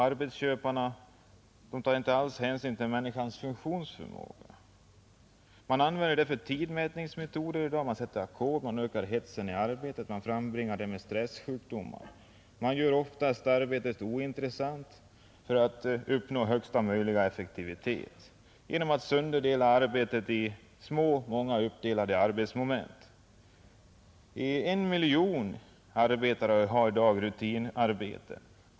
Arbetsköparna tar inte alls någon hänsyn till människans funktionsförmåga. Man använder tidmätningsmetoder och sätter ackord som ökar hetsen i arbetet och frambringar stressjukdomar. Man gör, för att uppnå högsta möjliga effektivitet, arbetet ointressant genom att sönderdela det i många små arbetsmoment. En miljon arbetare har rutinarbeten.